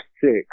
six